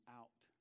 out